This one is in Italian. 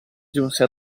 giunse